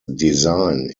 design